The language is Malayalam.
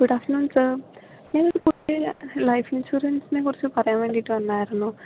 ഗുഡ് ആഫ്റ്റർനൂൺ സാർ ഞാൻ ഒരു പുതിയൊരു ലൈഫ് ഇൻഷുറൻസിനെക്കുറിച്ച് പറയാൻ വേണ്ടിയിട്ട് വന്നതായിരുന്നു